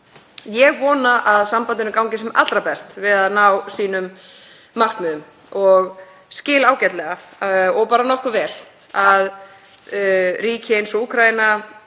Ég vona að sambandinu gangi sem allra best að ná sínum markmiðum og skil ágætlega og bara nokkuð vel að ríki eins og Úkraína